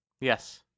Yes